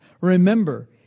Remember